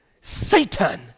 Satan